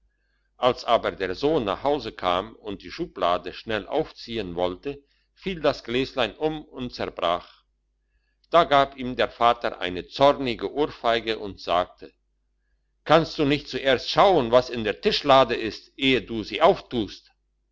als aber der sohn nach hause kam und die schublade schnell aufziehn wollte fiel das gläslein um und zerbrach da gab ihm der vater eine zornige ohrfeige und sagte kannst du nicht zuerst schauen was in der tischlade ist eh du sie auftust